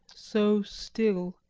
so still.